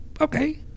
okay